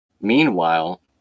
Meanwhile